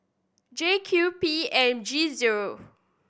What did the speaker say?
J Q P M G zero